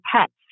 pets